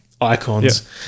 icons